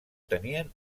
tenien